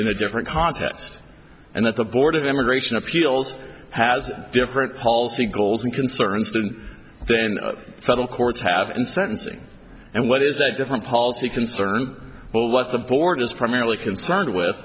in a different context and that the board of immigration appeals has different policy goals and concerns than then federal courts have in sentencing and what is that different policy concern but what the board is primarily concerned with